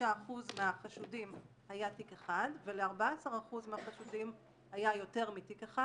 ל-86% מהחשודים היה תיק אחד ול-14% מהחשודים היה יותר מתיק אחד.